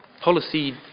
Policy